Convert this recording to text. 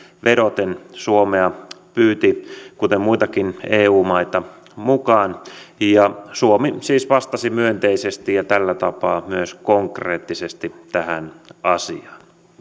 vedoten pyysi suomea kuten muitakin eu maita mukaan ja suomi siis vastasi myönteisesti ja tällä tapaa myös konkreettisesti tähän asiaan